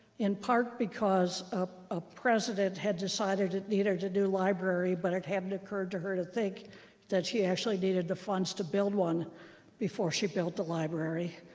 in part because a president had decided it needed a new library. but it hadn't occurred to her to think that she actually needed the funds to build one before she built the library,